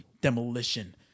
demolition